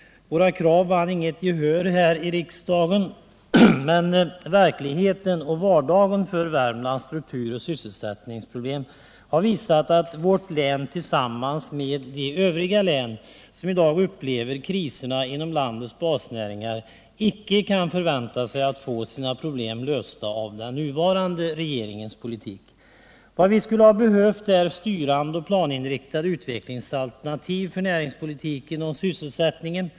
Våra krav vann inget gehör här i riksdagen. Men verkligheten och vardagen för Värmlands strukturoch sysselsättningsproblem har visat, att vårt län tillsammans med de övriga län som idag upplever kriserna inom landets basnäringar icke kan förvänta sig att få sina problem lösta genom den nuvarande regeringens politik. Vad vi skulle ha behövt är styrande och planinriktade utvecklingsalternativ för näringspolitiken och sysselsättningen.